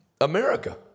America